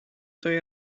tõi